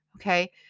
Okay